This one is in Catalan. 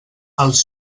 els